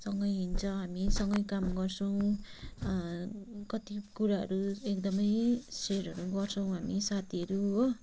सँगै हिँड्छ हामी सँगै काम गर्छौँ कति कुराहरू एकदमै सेयरहरू गर्छौँ हामी साथीहरू हो